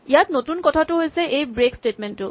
ইয়াত নতুন কথাটো হৈছে এই ব্ৰেক স্টেটমেন্ট টো